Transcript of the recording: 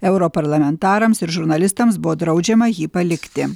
europarlamentarams ir žurnalistams buvo draudžiama jį palikti